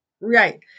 Right